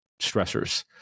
stressors